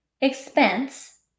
expense